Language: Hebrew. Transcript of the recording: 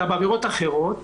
אלא בעבירות אחרות.